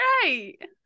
great